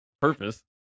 purpose